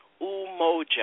Umoja